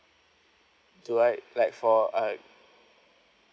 do I like for uh